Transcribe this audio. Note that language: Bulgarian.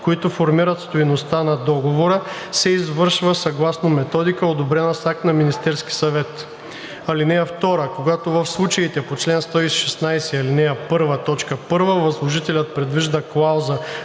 които формират стойността на договора, се извършва съгласно методика, одобрена с акт на Министерски съвет. (2) Когато в случаите по чл. 116, ал. 1, т. 1 възложителят предвижда клауза